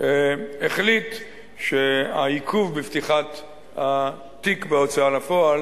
החליט שהעיכוב בפתיחת התיק בהוצאה לפועל